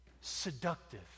seductive